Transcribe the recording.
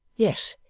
yes,